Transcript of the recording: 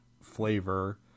flavor